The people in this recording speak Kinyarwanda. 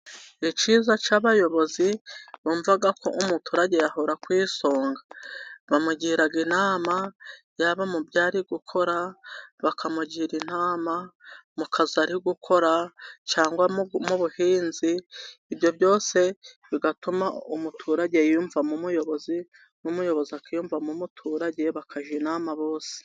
Ikiza cy'abayobozi bumva ko umuturage yahora ari ku isonga, bamugira inama yaba mu byo ari gukora bakamugira inama ,mu kazi ari gukora cyangwa mu buhinzi, ibyo byose bigatuma umuturage yiyumvamo umuyobozi, n'umuyobozi akiyumvamo umuturage bakajya inama bose.